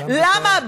למה,